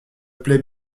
plaît